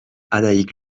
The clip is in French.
annaïg